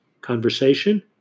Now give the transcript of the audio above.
conversation